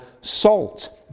salt